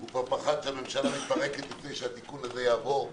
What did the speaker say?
הוא כבר פחד שהממשלה מתפרקת לפני שהתיקון הזה יעבור.